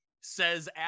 says